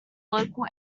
local